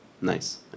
nice